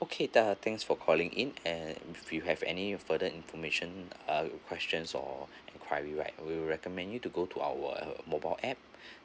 okay ah thanks for calling in and if you have any further information uh questions or inquiry right we will recommend you to go to our mobile app